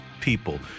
people